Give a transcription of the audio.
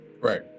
Right